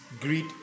greed